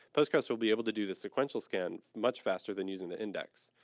postgress will be able to do the sequential scan much faster than using the index.